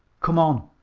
come on.